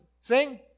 sing